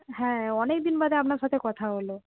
হ্যাঁ অনেকদিন বাদে আপনার সাথে কথা হল